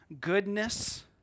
goodness